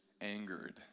angered